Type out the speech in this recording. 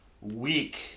week